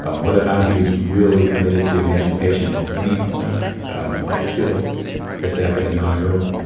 um whether or not he was really committed to emancipation at any point up til the second inaugural.